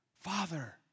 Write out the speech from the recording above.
Father